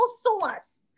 source